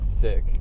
sick